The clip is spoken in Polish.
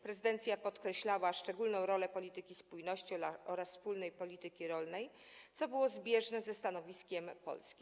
Prezydencja podkreślała szczególną rolę polityki spójności oraz wspólnej polityki rolnej, co było zbieżne ze stanowiskiem Polski.